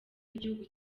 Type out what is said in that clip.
w’igihugu